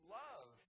love